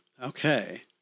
Okay